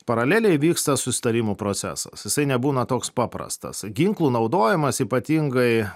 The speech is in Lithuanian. paraleliai vyksta susitarimų procesas jisai nebūna toks paprastas ginklų naudojimas ypatingai